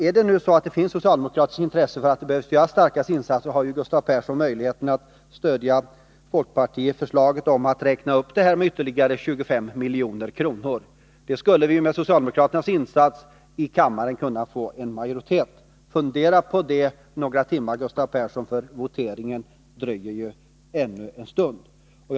Är det nu så att det finns socialdemokratiskt intresse för att göra starka insatser, så har Gustav Persson möjlighet att stödja folkpartiförslaget om att räkna upp detta stöd med ytterligare 25 milj.kr. Det skulle med socialdemokraternas hjälp kunna få majoritet. Fundera på det några timmar, Gustav Persson! Voteringen dröjer ju ännu en stund. Herr talman!